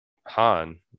Han